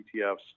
ETFs